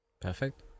Perfect